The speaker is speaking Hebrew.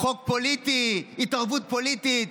חוק פוליטי, התערבות פוליטית.